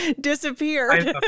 disappeared